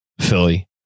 Philly